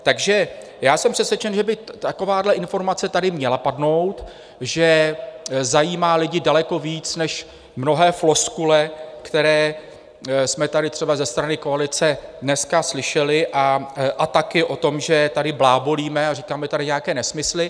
Takže já jsem přesvědčen, že by takováhle informace tady měla padnout, že zajímá lidi daleko víc než mnohé floskule, které jsme tady třeba ze strany koalice dneska slyšeli, a taky o tom, že tady blábolíme a říkáme tady nějaké nesmysly.